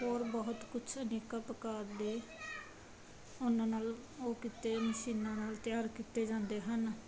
ਹੋਰ ਬਹੁਤ ਕੁਛ ਅਨੇਕਾਂ ਪ੍ਰਕਾਰ ਦੇ ਉਹਨਾਂ ਨਾਲ ਉਹ ਕੀਤੇ ਮਸ਼ੀਨਾਂ ਨਾਲ ਤਿਆਰ ਕੀਤੇ ਜਾਂਦੇ ਹਨ